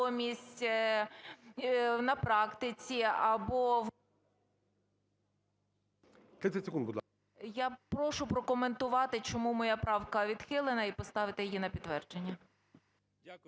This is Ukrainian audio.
Я прошу прокоментувати чому моя правка відхилена і поставити її на підтвердження.